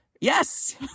Yes